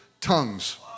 Tongues